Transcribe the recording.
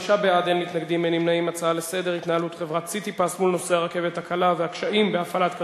ההצעה להעביר את הנושא לוועדת הכלכלה נתקבלה.